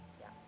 Yes